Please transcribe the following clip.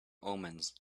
omens